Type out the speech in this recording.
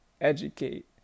educate